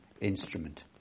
instrument